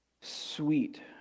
sweet